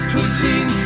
Putin